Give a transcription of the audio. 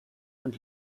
und